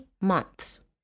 months